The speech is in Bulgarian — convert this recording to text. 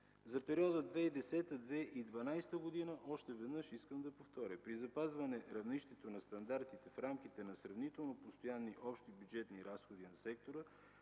За периода 2010-2012 г. още веднъж искам да повторя – при запазване равнището на стандартите в рамките на сравнително постоянни общи бюджетни разходи на сектора,